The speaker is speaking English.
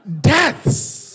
Deaths